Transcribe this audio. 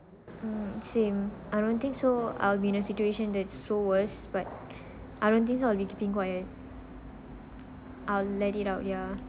mm same I don't think so I'll be in a situation that so worse but I don't think so I'll be keeping quiet I'll let it out ya